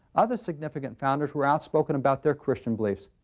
other significant founders were outspoken about their christian beliefs.